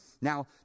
Now